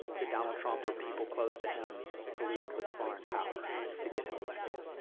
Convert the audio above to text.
that donald trump or people close to him colluded with a foreign power to get him elected.